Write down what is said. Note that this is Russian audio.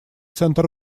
центр